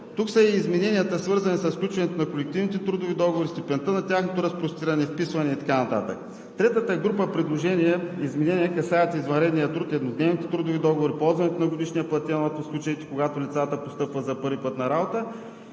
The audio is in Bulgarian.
Тук са и измененията, свързани със сключването на колективните трудови договори, степента на тяхното разпростиране, вписване и така нататък. Третата група предложения за изменения касаят извънредния труд, еднодневните трудови договори, ползването на годишния платен отпуск в случаите, когато лицата постъпват за първи път на работа,